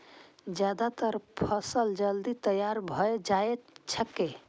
जायद फसल जल्दी तैयार भए जाएत छैक